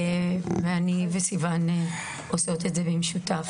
סיון ואני עושות זאת במשותף.